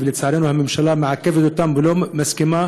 ולצערנו הממשלה מעכבת אותן ולא מסכימה,